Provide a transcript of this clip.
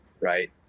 right